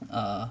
err